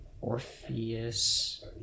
Orpheus